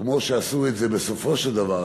כמו שעשו את זה בסופו של דבר,